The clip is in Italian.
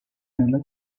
nella